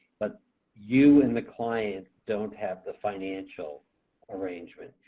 but you and the client don't have the financial arrangement.